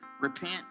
repent